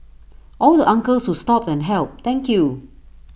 all the uncles who stopped and helped thank you